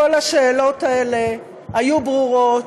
כל השאלות האלה היו ברורות,